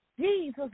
Jesus